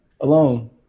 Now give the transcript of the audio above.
alone